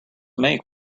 make